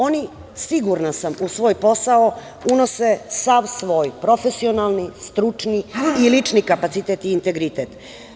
Oni, sigurna sam, u svoj posao, unose sav svoj profesionalni, stručni i lični kapacitet i integritet.